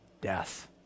death